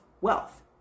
wealth